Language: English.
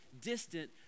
distant